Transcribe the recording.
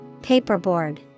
Paperboard